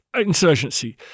insurgency